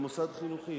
למוסד חינוכי.